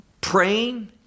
praying